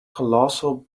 colossal